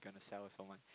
gonna sell to someone